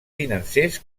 financers